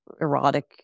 erotic